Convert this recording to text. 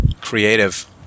creative